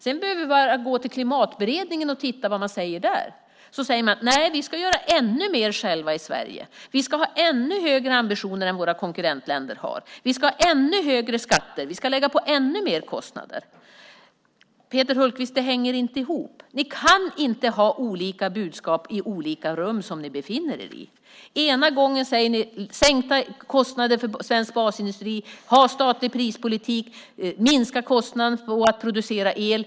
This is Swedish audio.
Vi behöver bara gå till Klimatberedningen och titta vad man säger där. Man säger att vi ska göra ännu mer själva i Sverige. Vi ska ha ännu högre ambitioner än vad våra konkurrentländer har. Vi ska ha ännu högre skatter och lägga på ännu mer kostnader. Det hänger inte ihop, Peter Hultqvist. Ni kan inte ha olika budskap i olika rum som ni befinner er i. Ena gången säger ni att det ska vara sänkta kostnader för svensk basindustri. Ni vill ha statlig prispolitik och minska kostnaderna för att producera el.